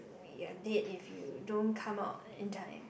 you're dead if you don't come out in time